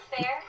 Fair